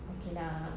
okay lah